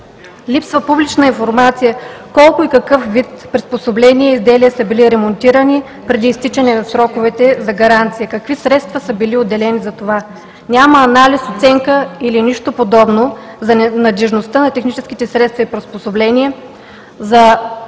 Липсва публична информация колко и какъв вид приспособления и изделия са били ремонтирани преди изтичане на сроковете за гаранция, какви средства са били отделени за това. Няма анализ, оценка или нeщо подобно за надеждността на техническите средства и приспособления, за